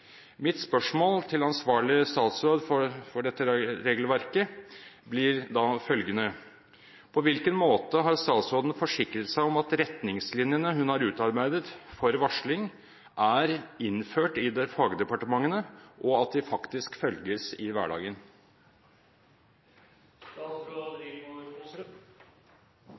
Mitt spørsmål til ansvarlig statsråd for dette regelverket blir da følgende: På hvilken måte har statsråden forsikret seg om at retningslinjene hun har utarbeidet for varsling, er innført i fagdepartementene, og at de faktisk følges i